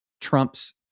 Trump's